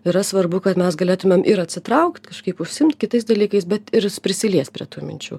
yra svarbu kad mes galėtumėm ir atsitraukt kažkaip užsiimt kitais dalykais bet ir prisiliest prie tų minčių